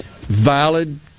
valid